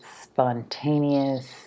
spontaneous